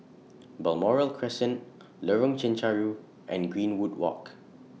Balmoral Crescent Lorong Chencharu and Greenwood Walk